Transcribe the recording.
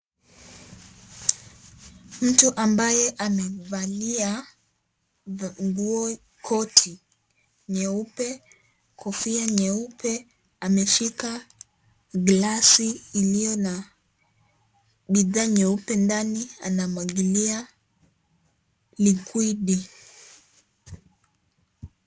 Mtu ambaye amevalia nguo, koti nyeupe, kofia nyeupe, ameshika glasi iliyo na bidhaa nyeupe ndani, anamwangilia (cs) likwidi (cs).